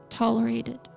tolerated